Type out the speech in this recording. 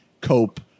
cope